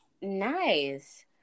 nice